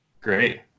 Great